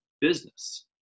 business